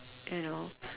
you know